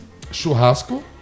churrasco